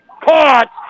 Caught